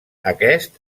aquest